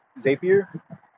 Zapier